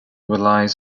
relies